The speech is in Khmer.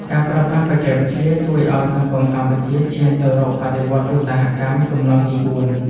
ការប្រើប្រាស់បច្ចេកវិទ្យាជួយឱ្យសង្គមកម្ពុជាឈានទៅរកបដិវត្តន៍ឧស្សាហកម្មជំនាន់ទីបួន។